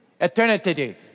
Eternity